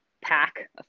pack